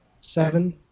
Seven